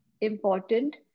important